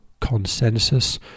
consensus